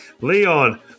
Leon